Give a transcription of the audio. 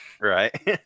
right